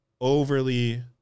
overly